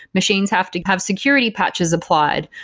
machines have to have security patches applied.